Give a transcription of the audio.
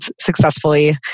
successfully